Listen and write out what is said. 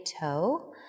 toe